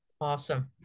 awesome